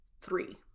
three